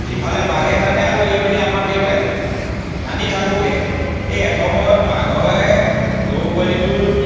সিফালে বাঘে টানে আৰু এইফালে আমাৰ দেউতাই টানে টানি থাকোঁতে এই এসময়ত বাঘৰে গৰু পোৱালিটোৰ